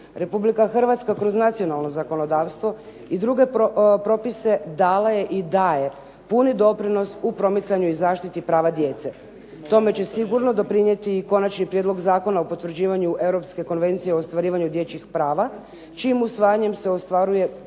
Republika Hrvatska kroz nacionalno zakonodavstvo i druge propise dala je i daje puni doprinos u promicanju i zaštiti prava djece. Tome će sigurno doprinijeti i Konačni prijedlog zakona o potvrđivanju europske Konvencije o ostvarivanju dječjih prava čijim usvajanjem se ostvaruje